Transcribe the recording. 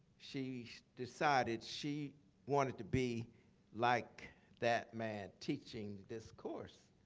she decided she wanted to be like that man teaching this course.